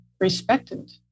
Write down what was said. respected